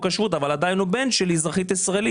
השבות אבל עדיין הוא בן של אזרחית ישראל,